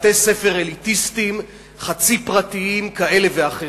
לבתי-ספר אליטיסטיים חצי פרטיים כאלה ואחרים.